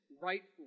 rightful